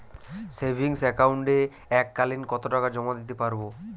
Savings একাউন্টে এক কালিন কতটাকা জমা দিতে পারব?